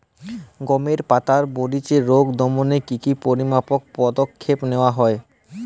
গমের পাতার মরিচের রোগ দমনে কি কি পরিমাপক পদক্ষেপ নেওয়া হয়?